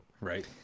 Right